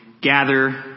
gather